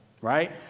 right